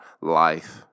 life